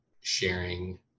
sharing